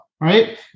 right